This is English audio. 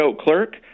clerk